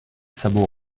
sabots